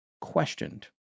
questioned